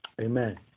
Amen